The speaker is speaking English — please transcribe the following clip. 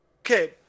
Okay